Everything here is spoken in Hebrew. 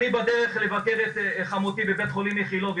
הוא שהייתי בדרך לבקר את חמותי בבית החולים איכילוב,